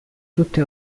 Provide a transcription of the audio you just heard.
tutta